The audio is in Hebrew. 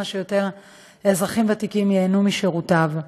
שיותר אזרחים ותיקים ייהנו משירותיו.